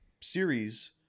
series